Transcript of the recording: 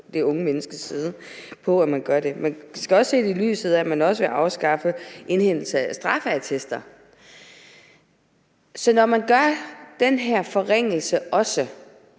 det unge menneske side. Man skal også se det, i lyset af at man også vil afskaffe indhentelse af straffeattester. Så når regeringen også